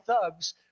thugs